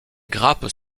grappes